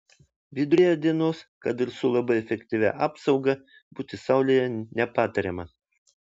viduryje dienos kad ir su labai efektyvia apsauga būti saulėje nepatariama